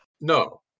No